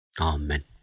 Amen